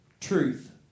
Truth